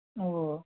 నువ్వు